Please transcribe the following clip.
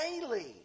daily